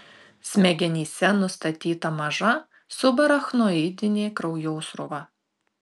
smegenyse nustatyta maža subarachnoidinė kraujosruva